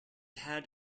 had